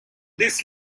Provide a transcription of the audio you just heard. this